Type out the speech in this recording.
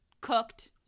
cooked